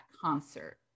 concert